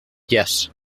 yes